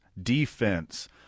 defense